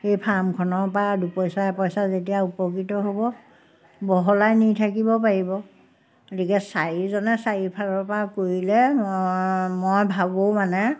সেই ফাৰ্মখনৰপৰা দুপইচা এপইচা যেতিয়া উপকৃত হ'ব বহলাই নি থাকিব পাৰিব গতিকে চাৰিজনে চাৰিফালৰপৰা কৰিলে মই ভাবোঁ মানে